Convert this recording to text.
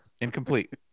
Incomplete